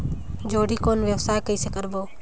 जोणी कौन व्यवसाय कइसे करबो?